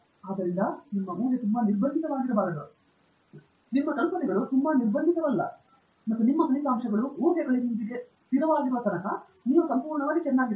ಆದ್ದರಿಂದ ನಿಮ್ಮ ಊಹೆ ತುಂಬಾ ನಿರ್ಬಂಧಿತವಾಗಿರಬಾರದು ನಿಮ್ಮ ಕಲ್ಪನೆಗಳು ತುಂಬಾ ನಿರ್ಬಂಧಿತವಲ್ಲ ಮತ್ತು ನಿಮ್ಮ ಫಲಿತಾಂಶಗಳು ಊಹೆಗಳೊಂದಿಗೆ ಸ್ಥಿರವಾಗಿರುತ್ತವೆ ತನಕ ಆ ಸಂದರ್ಭದಲ್ಲಿ ಅಲ್ಲದೇ ನೀವು ಸಂಪೂರ್ಣವಾಗಿ ಚೆನ್ನಾಗಿರುತ್ತೀರಿ